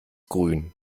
grün